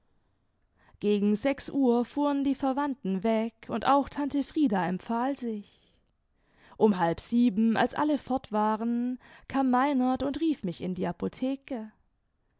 gegen sechs uhr fuhren die verwandten weg und auch tante frieda empfahl sich um halb sieben als alle fort waren kam meinert und rief mich in die apotheke